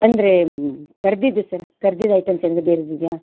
ಅಂದರೆ ಕರಿದಿದ್ದು ಸರ ಕರ್ದಿದ್ದು ಐಟಮ್ಸ್ ಏನಾದರೂ ಬೇರೇದು ಇದೆಯಾ